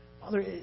Father